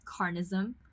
carnism